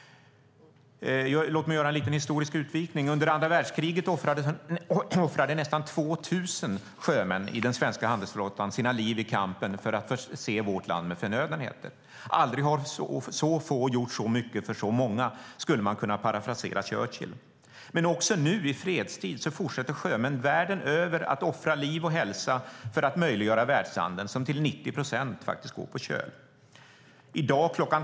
Låt mig gör en liten historisk utvikning. Under andra världskriget offrade nästan 2 000 sjömän i den svenska handelsflottan sina liv i kampen för att förse vårt land med förnödenheter. Aldrig har så få gjort så mycket för så många, skulle man kunna parafrasera Churchill. Men också nu i fredstid fortsätter sjömän världen över att offra liv och hälsa för att möjliggöra världshandeln som till 90 procent faktiskt går på köl. I dag kl.